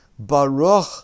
Baruch